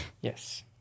Yes